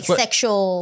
sexual